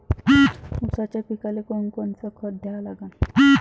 ऊसाच्या पिकाले कोनकोनचं खत द्या लागन?